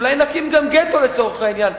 אולי נקים גם גטו לצורך העניין,